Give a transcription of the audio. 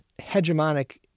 hegemonic